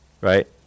right